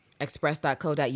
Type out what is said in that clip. Express.co.uk